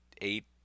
eight